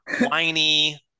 whiny